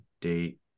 date